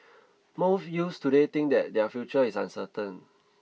most youths today think that their future is uncertain